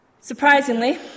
Surprisingly